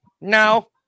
no